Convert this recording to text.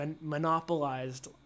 monopolized